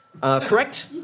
Correct